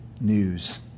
news